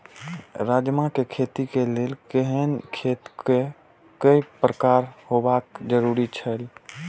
राजमा के खेती के लेल केहेन खेत केय प्रकार होबाक जरुरी छल?